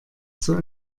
zur